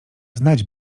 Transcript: znać